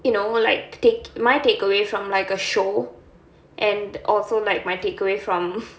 you know like take my takeaway from like a show and also like my takeaway from